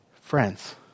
friends